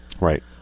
Right